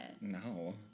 No